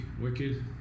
wicked